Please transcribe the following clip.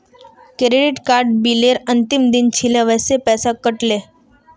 credit card बिलेर अंतिम दिन छिले वसे पैसा कट ले